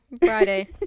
Friday